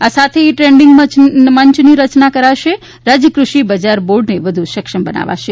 આ સાથે e trading મંચની રચના કરાશે અને રાજ્ય કૃષિ બજાર બોર્ડને વધુ સક્ષમ બનાવાશે